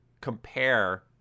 compare